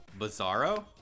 Bizarro